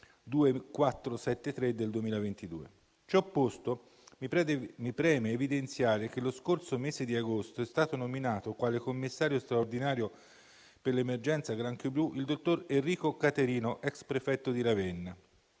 2022/2473. Ciò posto, mi preme evidenziare che lo scorso mese di agosto è stato nominato quale Commissario straordinario per l'emergenza granchio blu il dottor Enrico Caterino, ex prefetto di Ravenna.